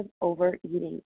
overeating